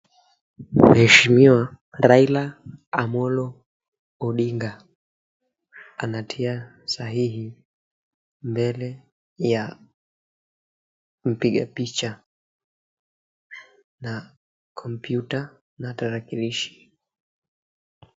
Mheshimiwa Raila Amolo Odinga anatia sahihi mbele ya mpiga picha na kompyuta na tarakilishi.